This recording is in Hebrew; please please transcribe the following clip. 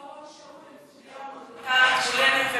גם הדר גולדין ואורון שאול זו סוגיה הומניטרית,